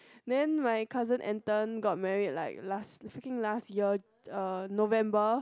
then my cousin Anton got married like last freaking last year uh November